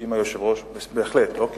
אם היושב-ראש, בהחלט, אוקיי.